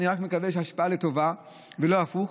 אני רק מקווה שהשפעה לטובה ולא הפוך.